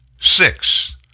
Six